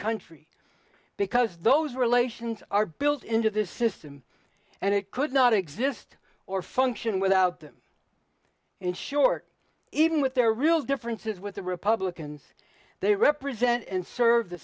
country because those relations are built into this system and it could not exist or function without them and short even with their real differences with the republicans they represent and serve the